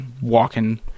walking